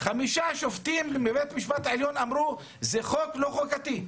חמישה שופטים בבית המשפט העליון אמרו שזה חוק לא חוקתי.